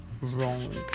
wrong